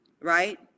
right